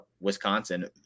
Wisconsin